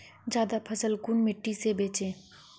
ज्यादा फसल कुन मिट्टी से बेचे?